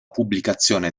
pubblicazione